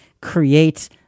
create